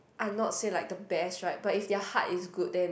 are not say like the best right but if their heart is good then